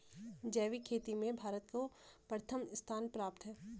जैविक खेती में भारत को प्रथम स्थान प्राप्त है